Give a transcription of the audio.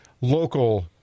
local